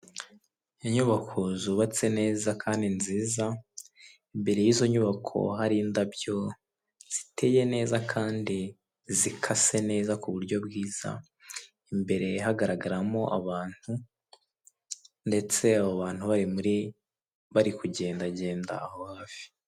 Inyubako zubatse neza kandi nziza imbere y'izo nyubako hari indabyo ziteye neza kandi zikase neza kuburyo bwiza. Imbere hagaragaramo abantu ndetse abo bantu bari muri bari kugendagenda aho hafi.